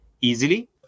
easily